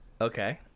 okay